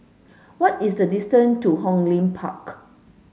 what is the distance to Hong Lim Park